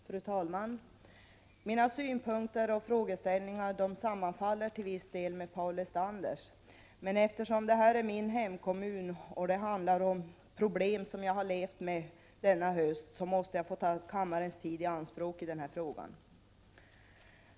Fru talman! Mina synpunkter och frågeställningar sammanfaller till viss del med Paul Lestanders. Men eftersom det gäller min hemkommun och det handlar om problem som jag har levt med denna höst, måste jag få ta kammarens tid i anspråk i denna fråga.